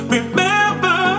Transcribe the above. Remember